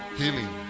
healing